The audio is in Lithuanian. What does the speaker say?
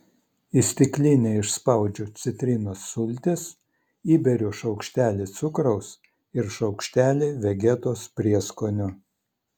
į stiklinę išspaudžiu citrinos sultis įberiu šaukštelį cukraus ir šaukštelį vegetos prieskonių